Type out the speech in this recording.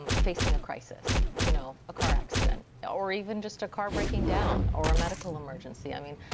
um facing a crisis, you know a car accident, or even just a car breaking down, or a medical emergency, i mean,